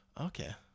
Okay